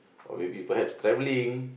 or maybe perhaps travelling